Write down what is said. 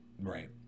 Right